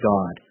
God